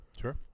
Sure